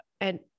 and-